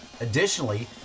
Additionally